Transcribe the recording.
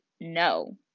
no